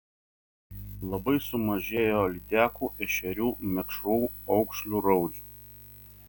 labai sumažėjo lydekų ešerių mekšrų aukšlių raudžių